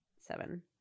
seven